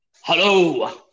Hello